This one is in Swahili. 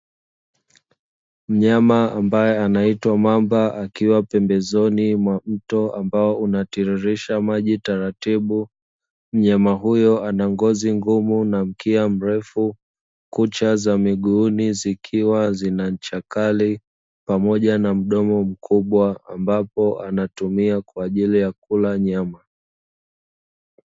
Mnyama ambaye anaitwa mamba akiwa pembezoni mwa mto ambao unatiririsha maji taratibu, mnyama huyo ana ngozi ngumu na mkia mrefu, kucha za miguuni zikiwa zina ncha kali pamoja na mdomo mkubwa ambapo anatumia kwa ajili ya kula nyama.